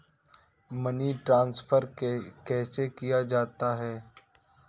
Money transfer कैसे किया जा सकता है?